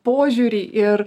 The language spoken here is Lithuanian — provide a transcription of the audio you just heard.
požiūrį ir